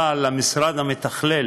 אבל המשרד המְתַכְלֵל,